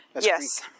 yes